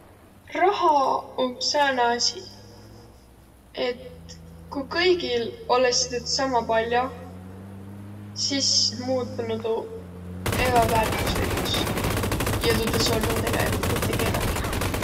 Raha om sääne asi, et ku kõigil olõsi tuud sama pall'o, sis muutunuq tuu ebäväärtüslikus ja tuud es olnuq tegelikult mitte kellelgi.